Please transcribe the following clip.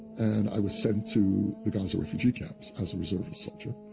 and i was sent to the gaza refugee camps, as a reservist soldier,